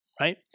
right